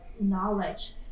knowledge